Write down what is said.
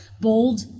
bold